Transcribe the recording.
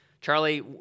Charlie